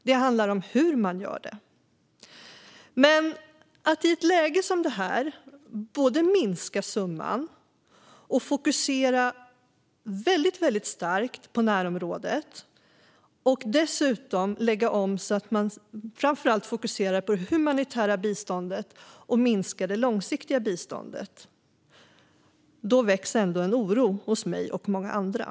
Det handlar om hur man gör det. När man i ett läge som detta minskar summan, fokuserar väldigt starkt på närområdet och dessutom lägger om så att man framför allt fokuserar på det humanitära biståndet och minskar det långsiktiga biståndet väcks en oro hos mig och många andra.